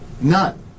none